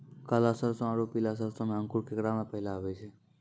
काला सरसो और पीला सरसो मे अंकुर केकरा मे पहले आबै छै?